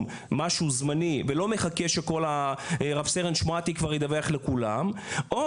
משהו זמני ולא מחכה שרב סרן שמועתי כבר ידווח לכולם או